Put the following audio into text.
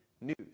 news